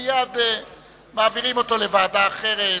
מייד מעבירים לוועדה אחרת.